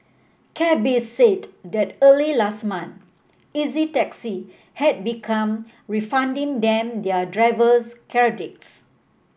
cabbies said that early last month Easy Taxi had began refunding them their drivers credits